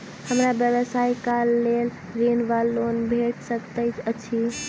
हमरा व्यवसाय कऽ लेल ऋण वा लोन भेट सकैत अछि?